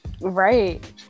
Right